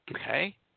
Okay